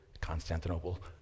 Constantinople